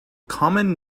common